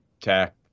tech